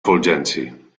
fulgenci